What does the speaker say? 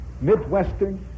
Midwestern